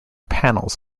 panels